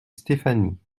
stéphanie